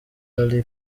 larry